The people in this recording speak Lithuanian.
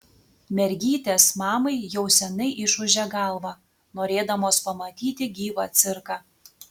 mergytės mamai jau seniai išūžė galvą norėdamos pamatyti gyvą cirką